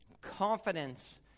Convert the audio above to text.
confidence